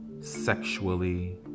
sexually